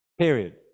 Period